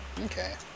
Okay